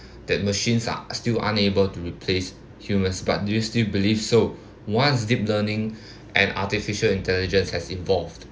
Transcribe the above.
that machines are still unable to replace humans but do you still believe so once deep learning and artificial intelligence has evolved